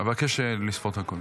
אבקש לספור את הקולות.